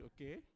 okay